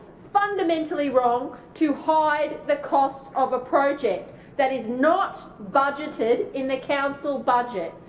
fundamentally wrong, to hide the cost of a project that is not budgeted in the council budget.